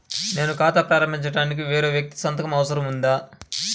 నేను ఖాతా ప్రారంభించటానికి వేరే వ్యక్తి సంతకం అవసరం ఉందా?